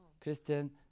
Kristen